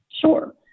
Sure